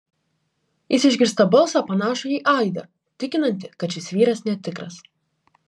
jis išgirsta balsą panašų į aidą tikinantį kad šis vyras netikras